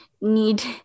need